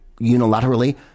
unilaterally